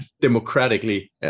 democratically